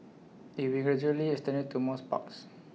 IT will gradually extended to more parks